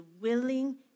willing